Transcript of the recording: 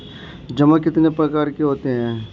जमा कितने प्रकार के होते हैं?